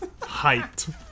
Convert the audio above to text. Hyped